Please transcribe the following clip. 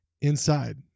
inside